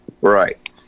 Right